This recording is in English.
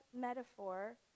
metaphor